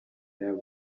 there